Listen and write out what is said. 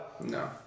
No